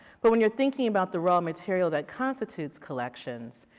but when you are thinking about the raw material that constitutes collections,